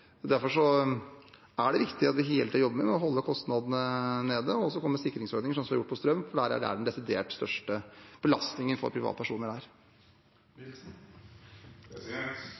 Derfor er det viktig at vi hele tiden jobber med å holde kostnadene nede. Og så har vi sikringsordningen for strøm, for det er der den desidert største belastningen for privatpersoner